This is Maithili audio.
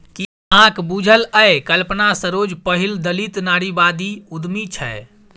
कि अहाँक बुझल यै कल्पना सरोज पहिल दलित नारीवादी उद्यमी छै?